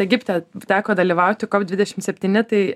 egipte teko dalyvauti kop dvidešim septyni tai